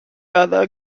other